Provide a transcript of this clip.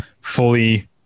fully